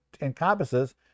encompasses